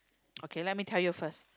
okay let me tell you first